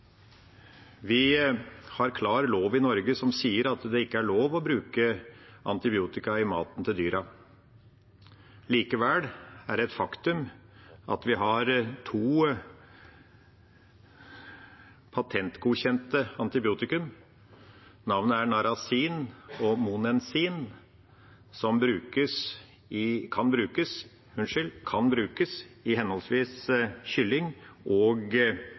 Vi har en klar lovgivning i Norge som sier at det ikke er lov å bruke antibiotika i maten til dyra. Likevel er det et faktum at vi har to patentgodkjente antibiotika. Navnene er narasin og monensin, og de kan brukes i henholdsvis kylling- og